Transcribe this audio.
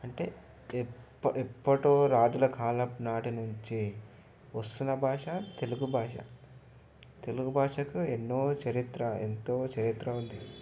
అంటే ఎప్పు ఎప్పుడో రాజులకాలం నాటి నుంచి వస్తున్న భాష తెలుగు భాష తెలుగు భాషకు ఎన్నో చరిత్ర ఎంతో చరిత్ర ఉంది